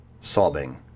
sobbing